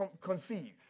conceive